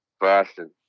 Boston